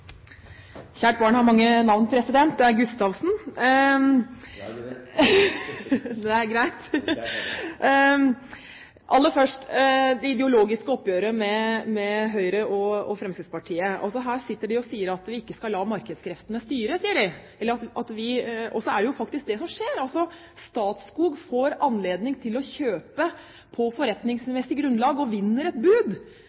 Kjært barn har mange navn, president. Det er Gustavsen. Beklager det. Det er greit. Men kjært er det. Aller først, det ideologiske oppgjøret med Høyre og Fremskrittspartiet: Her sitter de og sier at vi ikke vil la markedskreftene styre – og så er det faktisk det som skjer: Statskog får anledning til å kjøpe på